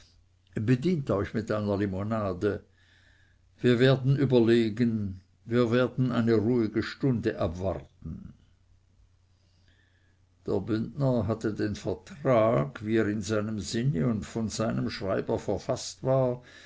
bedient euch mit einer limonade wir werden überlegen wir werden eine ruhige stunde abwarten der bündner hatte den vertrag wie er in seinem sinne und von seinem schreiber verfaßt war